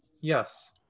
Yes